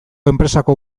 enpresako